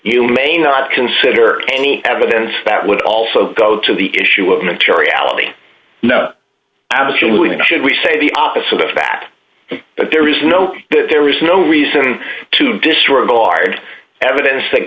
you may not consider any evidence that would also go to the issue of materiality no absolutely no should we say the opposite of that but there is no there is no reason to disregard evidence that